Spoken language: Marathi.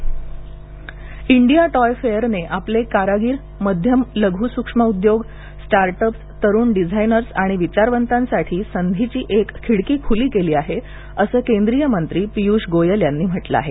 टॉय फेअर इंडिया टॉय फेअरने आपले कारागीर मध्यम लघु सूक्ष्म उद्योग स्टार्टअप्स तरुण डिझायनर्स आणि विचारवंतांसाठी संधीची एक खिडकी खुली केली आहे असं केंद्रीय मंत्री पियुष गोयल यांनी म्हटलं आहे